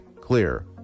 clear